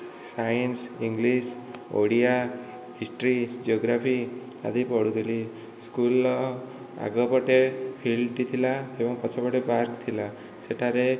science English Odia history geography ଆଦି ପଢ଼ୁଥିଲି ସ୍କୁଲର ଆଗପଟେ ଫିଲ୍ଡଟି ଥିଲା ଏବଂ ପଛପଟେ ପାର୍କ ଥିଲା ସେଠାରେ